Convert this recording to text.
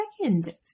second